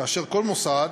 כאשר כל מוסד